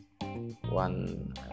one